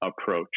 approach